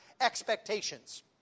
expectations